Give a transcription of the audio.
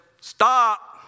stop